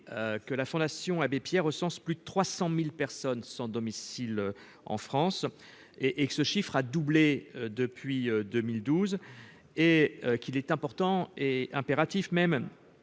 que la Fondation Abbé Pierre, recense plus de 300000 personnes sans domicile en France et et que ce chiffre a doublé depuis 2012 et qu'il est important et impératif même